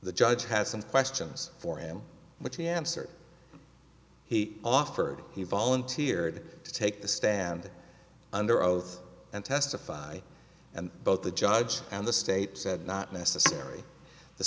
the judge has some questions for him which he answered he offered he volunteered to take the stand under oath and testify and both the judge and the state said not necessarily the